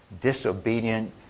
disobedient